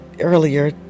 earlier